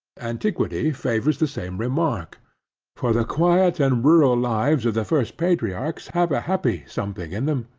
antiquity favors the same remark for the quiet and rural lives of the first patriarchs hath a happy something in them,